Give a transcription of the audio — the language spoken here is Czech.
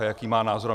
Jaký má názor.